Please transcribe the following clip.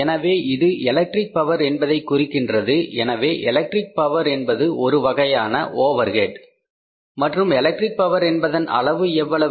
எனவே இது electric power என்பதை குறிக்கின்றது எனவே எலக்ட்ரிக் பவர் என்பது ஒரு வகையான ஓவர்ஹெட் மற்றும் எலக்ட்ரிக் பவர் என்பதன் அளவு எவ்வளவு